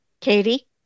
katie